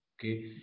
Okay